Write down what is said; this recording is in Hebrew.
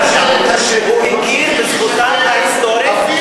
הוא הכיר בזכותם ההיסטורית,